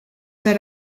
that